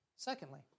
Secondly